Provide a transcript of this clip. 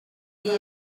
field